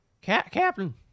Captain